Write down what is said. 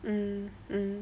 mm mm